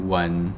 one